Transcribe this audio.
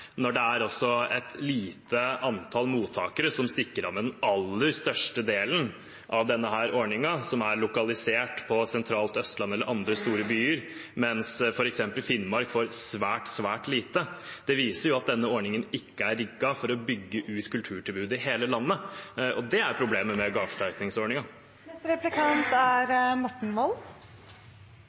når et lite antall mottakere som er lokalisert sentralt på Østlandet eller i store byer andre steder, stikker av med den aller største delen av denne ordningen, mens f.eks. Finnmark får svært, svært lite. Det viser at denne ordningen ikke er rigget for å bygge ut kulturtilbudet i hele landet, og det er problemet med gaveforsterkningsordningen. I sitt alternative statsbudsjett for neste